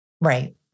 Right